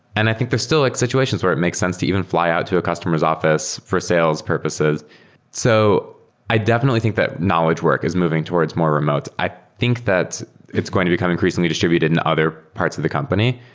and i think there's still like situations where it makes sense to even fly out to a customer s office for sales purposes so i definitely think that knowledge work is moving towards more remote. i think that it's going to become increasingly distributed in other parts of the company,